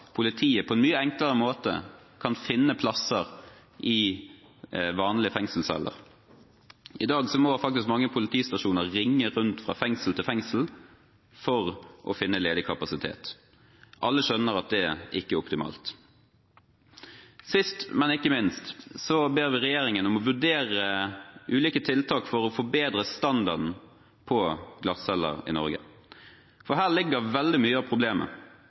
politiet på en mye enklere måte kan finne plasser i vanlige fengselsceller. I dag må man faktisk på mange politistasjoner ringe rundt til fengslene for å finne ledig kapasitet. Alle skjønner at det ikke er optimalt. Sist, men ikke minst ber vi regjeringen om å vurdere ulike tiltak for å forbedre standarden på glattceller i Norge, for her ligger veldig mye av problemet.